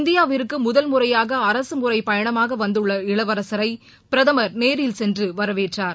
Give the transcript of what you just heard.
இந்தியாவிற்கு முதல் முறையாக அரசு முறைப்பயணமாக வந்துள்ள இளவரசரை பிரதமர் நேரில் சென்று வரவேற்றார்